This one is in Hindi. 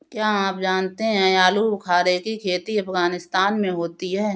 क्या आप जानते हो आलूबुखारे की खेती अफगानिस्तान में होती है